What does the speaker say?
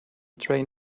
train